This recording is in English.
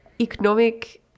economic